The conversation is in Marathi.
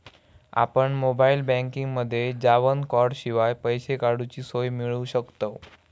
आपण मोबाईल बँकिंगमध्ये जावन कॉर्डशिवाय पैसे काडूची सोय मिळवू शकतव